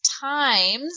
times